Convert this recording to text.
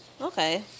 Okay